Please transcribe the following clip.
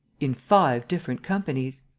in five different companies.